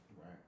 Right